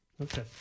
Okay